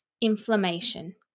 inflammation